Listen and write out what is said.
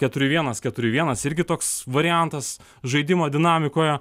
keturi vienas keturi vienas irgi toks variantas žaidimo dinamikoje